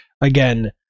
again